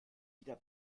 wieder